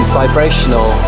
vibrational